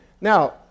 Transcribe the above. Now